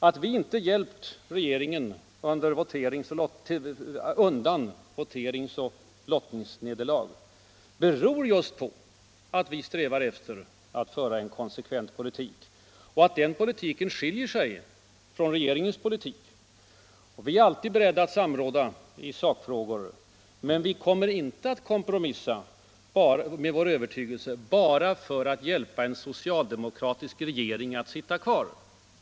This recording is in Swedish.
Att vi inte har hjälpt regeringen undan voteringsoch lottningsnederlag beror just på att vi strävar efter att föra en konsekvent politik och att den politiken skiljer sig från regeringens politik. Vi är alltid beredda att samråda i sakfrågor, men vi kommer inte att kompromissa med vår övertygelse bara för att hjälpa en socialdemokratisk regering att sitta kvar.